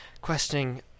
questioning